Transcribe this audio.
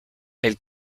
elle